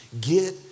Get